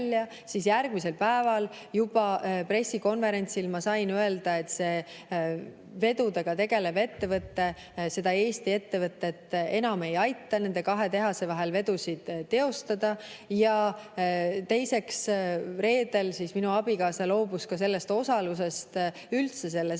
juba järgmisel päeval pressikonverentsil ma sain öelda, et seda vedudega tegelevat ettevõtet Eesti ettevõtted enam ei aita, et nende kahe tehase vahel vedusid teha. Ja teiseks, reedel minu abikaasa loobus sellest osalusest üldse selles